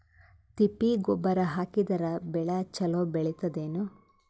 ತಿಪ್ಪಿ ಗೊಬ್ಬರ ಹಾಕಿದರ ಬೆಳ ಚಲೋ ಬೆಳಿತದೇನು?